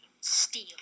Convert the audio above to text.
steel